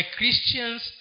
Christians